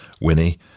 Winnie